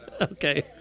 Okay